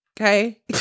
okay